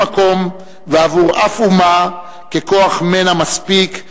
מקום ועבור שום אומה ככוח מנע מספיק,